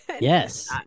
Yes